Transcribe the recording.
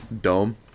dome